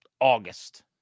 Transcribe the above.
August